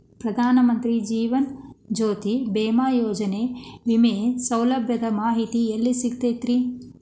ಪ್ರಧಾನ ಮಂತ್ರಿ ಜೇವನ ಜ್ಯೋತಿ ಭೇಮಾಯೋಜನೆ ವಿಮೆ ಸೌಲಭ್ಯದ ಮಾಹಿತಿ ಎಲ್ಲಿ ಸಿಗತೈತ್ರಿ?